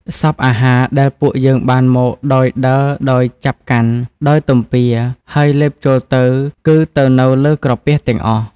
សព្វអាហារ ដែលពួកយើងបានមកដោយដើរដោយចាប់កាន់ ដោយទំពា ហើយលេបចូលទៅ គឺទៅនៅលើក្រពះទាំងអស់។